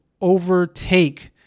overtake